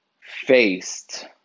faced